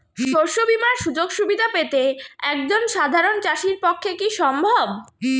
শস্য বীমার সুযোগ সুবিধা পেতে একজন সাধারন চাষির পক্ষে কি সম্ভব?